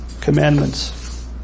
commandments